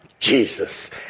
Jesus